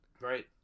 Right